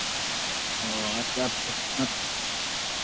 और सबसे अच्छा